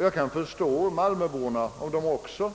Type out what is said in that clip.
Jag kan förstå malmöborna om de också